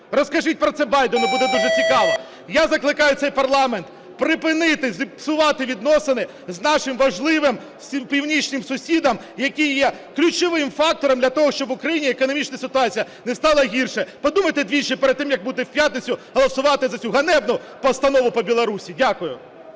Розкажіть про це Байдену, буде дуже цікаво. Я закликаю цей парламент припинити псувати відносини з нашим важливим північним сусідом, який є ключовим фактором, для того щоб в Україні економічна ситуація не стала гіршою. Подумайте двічі, перед тим як будете у п'ятницю голосувати за цю ганебну постанову по Білорусі. Дякую.